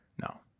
No